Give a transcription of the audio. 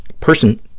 person